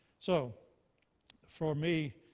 so for me,